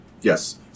yes